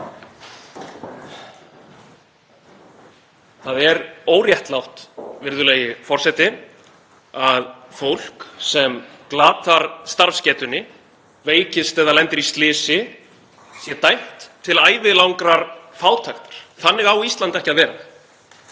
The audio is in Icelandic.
Það er óréttlátt, virðulegi forseti, að fólk sem glatar starfsgetunni, veikist eða lendir í slysi sé dæmt til ævilangrar fátæktar. Þannig á Ísland ekki að vera.